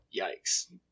Yikes